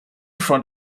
front